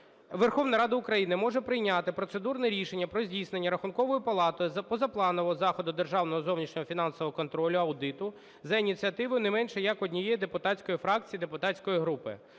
Верховна Рада України може прийняти процедурне рішення про здійснення Рахунковою палатою позапланово заходу державного зовнішнього фінансового контролю (аудиту) за ініціативою не менше як однієї депутатської фракції, депутатської групи.